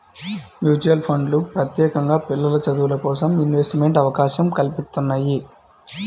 mutual ఫండ్లు ప్రత్యేకంగా పిల్లల చదువులకోసం ఇన్వెస్ట్మెంట్ అవకాశం కల్పిత్తున్నయ్యి